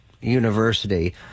university